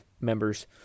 members